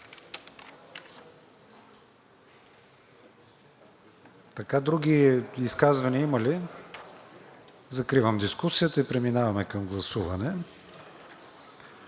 Други изказвания има ли? Закривам дискусията и преминаваме към гласуване.